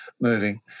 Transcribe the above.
moving